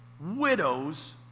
widows